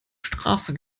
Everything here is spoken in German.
straße